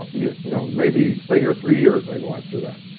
yeah you know maybe stay here three years and we'll answer that.